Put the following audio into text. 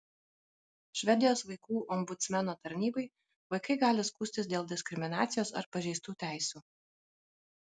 švedijos vaikų ombudsmeno tarnybai vaikai gali skųstis dėl diskriminacijos ar pažeistų teisių